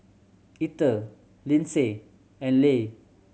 Etter Lindsey and Le